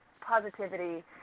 positivity